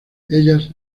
ellas